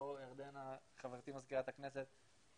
אפרופו ירדנה חברתי מזכירת הכנסת,